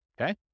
Okay